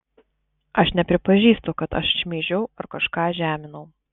aš nepripažįstu kad aš šmeižiau ar kažką žeminau